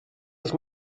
ich